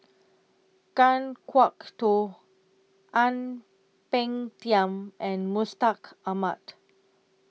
Kan Kwok Toh Ang Peng Tiam and Mustaq Ahmad